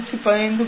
115